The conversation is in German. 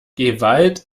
gewalt